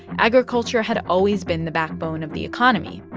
agriculture had always been the backbone of the economy.